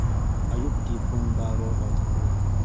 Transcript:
ꯑꯌꯨꯛꯀꯤ ꯄꯨꯡ ꯕꯥꯔꯣ ꯂꯧꯊꯣꯛꯎ